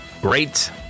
great